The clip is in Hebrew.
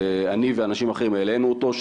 אני ואנשים אחרים העלנו אותו,